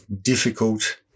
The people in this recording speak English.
difficult